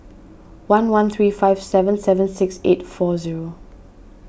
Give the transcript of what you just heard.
one one three five seven seven six eight four zero